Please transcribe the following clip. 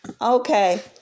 Okay